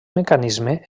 mecanisme